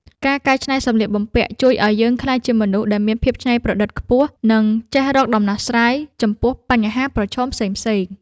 ការកែច្នៃសម្លៀកបំពាក់ជួយឱ្យយើងក្លាយជាមនុស្សដែលមានភាពច្នៃប្រឌិតខ្ពស់ និងចេះរកដំណោះស្រាយចំពោះបញ្ហាប្រឈមផ្សេងៗ។